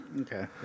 Okay